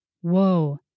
Whoa